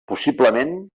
possiblement